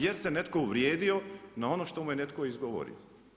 Jer se netko uvrijedio na ono što mu je netko izgovorio.